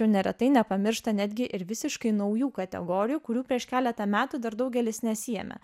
neretai nepamiršta netgi ir visiškai naujų kategorijų kurių prieš keletą metų dar daugelis nesiėmė